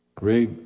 Ray